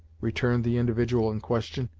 returned the individual in question,